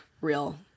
real